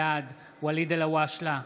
בעד ואליד אלהואשלה,